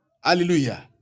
hallelujah